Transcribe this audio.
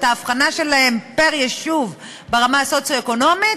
ההבחנה שלהם פר-יישוב ברמה הסוציו-אקונומית,